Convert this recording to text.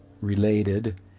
related